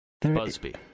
Busby